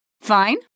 Fine